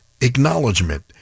acknowledgement